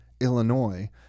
Illinois